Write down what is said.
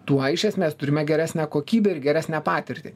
tuo iš esmės turime geresnę kokybę ir geresnę patirtį